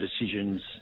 decisions